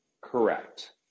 Correct